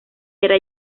era